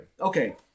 Okay